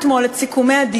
משה גפני,